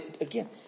again